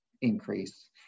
increase